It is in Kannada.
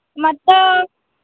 ಮತ್ತು